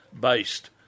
based